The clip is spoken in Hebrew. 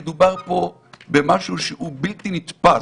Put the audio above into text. מדובר פה במשהו שהוא בלתי נתפס.